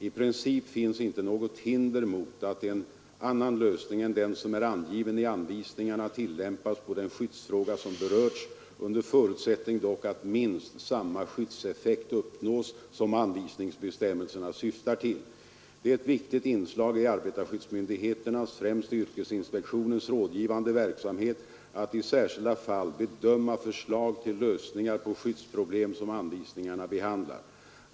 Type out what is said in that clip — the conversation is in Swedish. I princip finns inte något hinder mot att en annan lösning än den som är angiven i anvisningarna tillämpas på den skyddsfråga som berörs, under förutsättning dock att minst samma skyddseffekt uppnås som anvisningsbestämmelserna syftar till. Det är ett viktigt inslag i arbetarskyddsmyndigheternas, främst yrkesinspektionens, rådgivande verksamhet att i särskilda fall bedöma förslag till lösningar på skyddsproblem som anvisningarna behandlar.